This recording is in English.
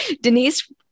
Denise